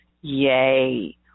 Yay